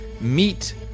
meet